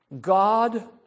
God